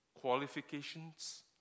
qualifications